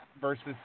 versus